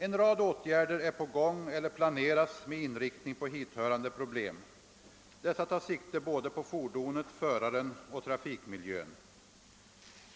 En rad åtgärder är på gång eller planeras med inriktning på hithörande problem. Dessa tar sikte både på fordonet, föraren och trafikmiljön.